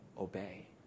obey